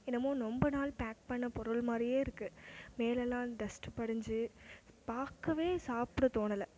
என்னமோ ரொம்ப நாள் பேக் பண்ண பொருள் மாதிரியே இருக்குது மேலேலாம் டஸ்ட்டு படிஞ்சு பார்க்கவே சாப்பிட தோணலை